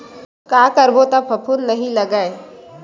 का करबो त फफूंद नहीं लगय?